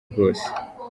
bwose